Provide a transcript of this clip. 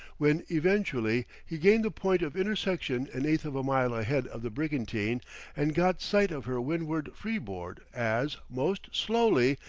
when eventually he gained the point of intersection an eighth of a mile ahead of the brigantine and got sight of her windward freeboard as, most slowly,